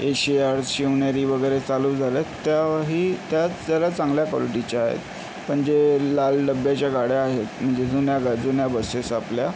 Asiad Shivneri वगैरे चालू झाल्यात त्याही त्या जरा चांगल्या क्वालिटीच्या आहेत पण जे लाल डब्याच्या गाड्या आहेत म्हणजे जुन्या गा जुन्या बसेस आपल्या